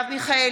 סמי